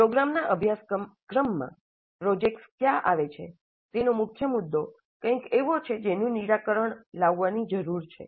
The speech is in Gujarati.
પ્રોગ્રામના અભ્યાસક્રમમાં પ્રોજેક્ટ્સ ક્યાં આવે છે તેનો મુખ્ય મુદ્દો કંઈક એવો છે જેનું નિરાકરણ લાવવાની જરૂર છે